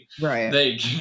Right